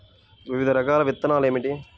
వివిధ రకాల విత్తనాలు ఏమిటి?